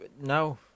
No